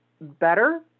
better